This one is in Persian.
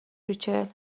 ریچل